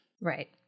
Right